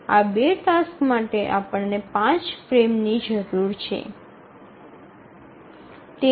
આ ૨ ટાસક્સ માટે આપણને પાંચ ફ્રેમ્સની જરૂર છે